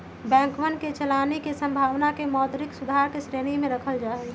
बैंकवन के चलानी के संभावना के मौद्रिक सुधार के श्रेणी में रखल जाहई